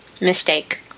Mistake